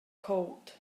coat